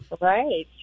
right